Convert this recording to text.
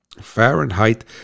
Fahrenheit